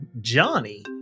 Johnny